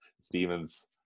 Stephen's